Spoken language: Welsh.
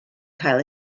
cael